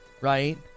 right